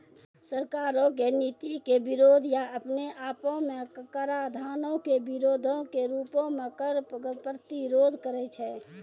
सरकारो के नीति के विरोध या अपने आपो मे कराधानो के विरोधो के रूपो मे कर प्रतिरोध करै छै